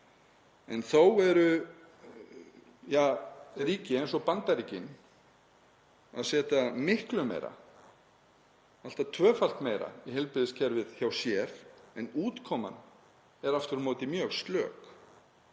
en þó eru ríki eins og Bandaríkin að setja miklu meira, allt að tvöfalt meira í heilbrigðiskerfið hjá sér en útkoman er aftur á móti mjög slök.